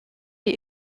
die